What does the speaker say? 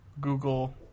Google